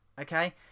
okay